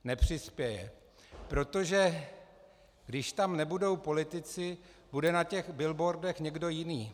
Nepřispěje, protože když tam nebudou politici, bude na billboardech někdo jiný.